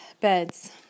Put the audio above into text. beds